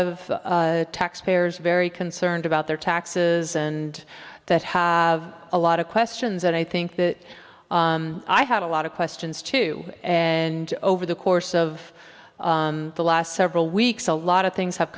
of taxpayers very concerned about their taxes and that have a lot of questions and i think that i have a lot of questions too and over the course of the last several weeks a lot of things have